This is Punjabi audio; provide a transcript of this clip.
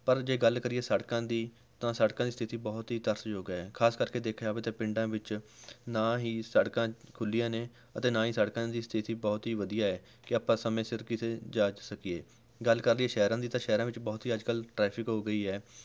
ਪਰ ਜੇ ਗੱਲ ਕਰੀਏ ਸੜਕਾਂ ਦੀ ਤਾਂ ਸੜਕਾਂ ਦੀ ਸਥਿਤੀ ਬਹੁਤ ਹੀ ਤਰਸਯੋਗ ਹੈ ਖ਼ਾਸ ਕਰਕੇ ਦੇਖਿਆ ਜਾਵੇ ਤਾਂ ਪਿੰਡਾਂ ਵਿੱਚ ਨਾ ਹੀ ਸੜਕਾਂ ਖੁੱਲ੍ਹੀਆਂ ਨੇ ਅਤੇ ਨਾਂ ਹੀ ਸੜਕਾਂ ਦੀ ਸਥਿਤੀ ਬਹੁਤ ਹੀ ਵਧੀਆ ਹੈ ਕਿ ਆਪਾਂ ਸਮੇਂ ਸਿਰ ਕਿਸੇ ਜਾ ਸਕੀਏ ਗੱਲ ਕਰ ਲਈਏ ਸ਼ਹਿਰਾਂ ਦੀ ਤਾਂ ਸ਼ਹਿਰਾਂ ਵਿੱਚ ਬਹੁਤ ਹੀ ਅੱਜ ਕੱਲ੍ਹ ਟਰੈਫਿਕ ਹੋ ਗਈ ਹੈ